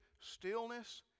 stillness